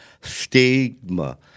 stigma